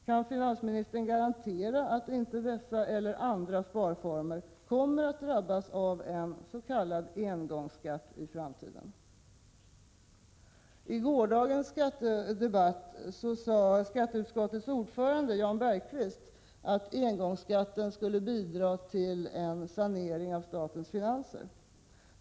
Kan finansministern garantera att inte dessa eller andra sparformer kommer att drabbas av en s.k. engångsskatt i framtiden? I gårdagens debatt sade skatteutskottets ordförande Jan Bergqvist att engångsskatten skulle bidra till en sanering av statens finanser.